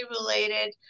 related